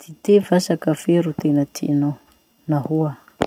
Dite va sa kafe ro tena tinao? Nahoa?